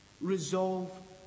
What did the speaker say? resolve